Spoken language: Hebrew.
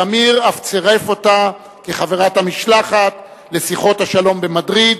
שמיר אף צירף אותה כחברת המשלחת לשיחות השלום במדריד,